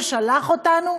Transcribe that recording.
ששלח אותנו?